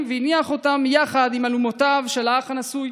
והניח אותן יחד עם אלומותיו של האח הנשוי.